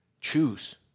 Choose